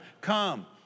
come